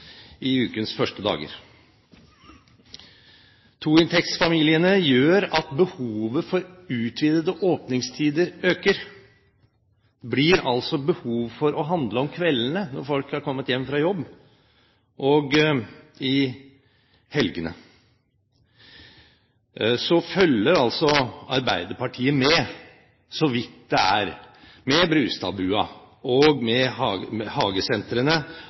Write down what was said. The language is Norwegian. i ukens første dager. Toinntektsfamiliene gjør at behovet for utvidede åpningstider øker. Det blir altså behov for å handle om kveldene, når folk har kommet hjem fra jobb, og i helgene. Så følger altså Arbeiderpartiet med, så vidt det er, med Brustad-bua, med hagesentrene